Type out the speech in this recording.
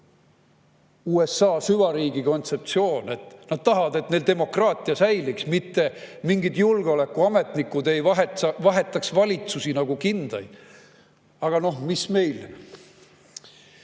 USA süvariigi kontseptsioon. Nad tahavad, et neil demokraatia säiliks, mitte [seda, et] mingid julgeolekuametnikud vahetaks valitsusi nagu kindaid. Aga noh, mis meil